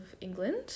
England